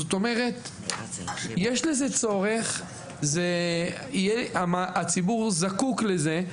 זאת אומרת, יש לזה צורך, הציבור זקוק לזה,